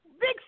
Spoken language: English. big